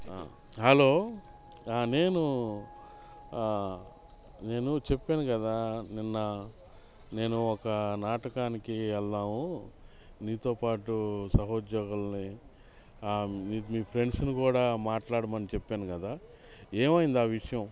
hello ఆ నేను ఆ నేను చెప్పాను కదా నిన్న నేను ఒక నాటకానికి వెళదాం నీతోపాటు సహోద్యోగుల్ని ఇది మీ ఫ్రెండ్స్ని కూడా మాట్లాడమని చెప్పాను కదా ఏమైంది ఆ విషయం